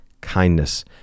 kindness